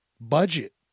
budget